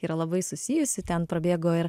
yra labai susijusi ten prabėgo ir